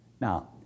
Now